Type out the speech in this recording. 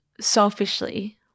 selfishly